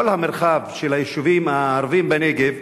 בכל המרחב של היישובים הערביים בנגב